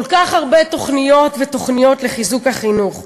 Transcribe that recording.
כל כך הרבה תוכניות ותוכניות לחיזוק החינוך.